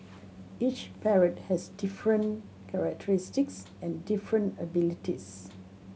each parrot has different characteristics and different abilities